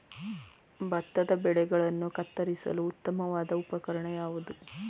ಭತ್ತದ ಬೆಳೆಗಳನ್ನು ಕತ್ತರಿಸಲು ಉತ್ತಮವಾದ ಉಪಕರಣ ಯಾವುದು?